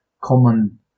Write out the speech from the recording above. common